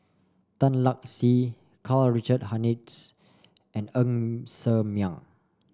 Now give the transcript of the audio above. Tan Lark Sye Karl Richard Hanitsch and Ng Ser Miang